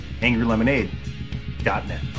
angrylemonade.net